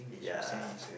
ya